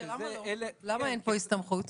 למה אין פה הסתמכות?